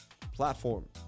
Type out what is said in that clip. platform